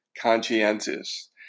conscientious